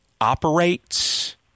operates